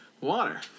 Water